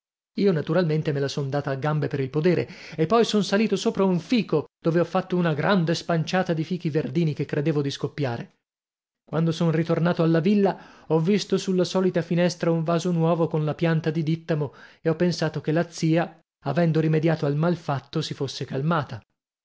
io naturalmente me la son data a gambe per il podere e poi son salito sopra un fico dove ho fatto una grande spanciata di fichi verdini che credevo di scoppiare quando son ritornato alla villa ho visto sulla solita finestra un vaso nuovo con la pianta di dìttamo e ho pensato che la zia avendo rimediato al mal fatto si fosse calmata